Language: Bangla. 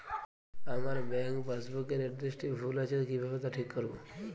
আমার ব্যাঙ্ক পাসবুক এর এড্রেসটি ভুল আছে কিভাবে তা ঠিক করবো?